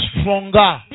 stronger